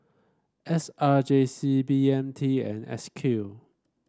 S R J C B M T and S Q